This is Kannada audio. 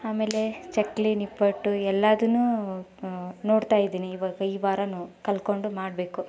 ಆಮೇಲೆ ಚಾಕಲೀ ನಿಪ್ಪಟ್ಟು ಎಲ್ಲದನ್ನೂ ನೋಡ್ತ ಇದೀನಿ ಇವಾಗ ಈ ವಾರವೂ ಕಲ್ತ್ಕೊಂಡು ಮಾಡಬೇಕು